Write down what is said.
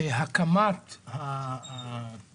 גביית המס", לכתוב "לשם הקמת המערכת שנדרשת".